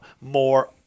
more